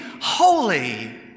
holy